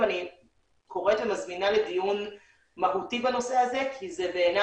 ואני קוראת ומזמינה לדיון מהותי בנושא הזה כי זה בעיני